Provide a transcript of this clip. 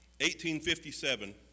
1857